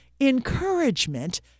encouragement